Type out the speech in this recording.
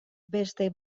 beste